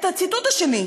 את הציטוט השני,